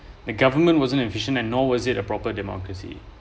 the government wasn't efficient and no was it a proper democracy